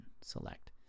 Select